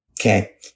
Okay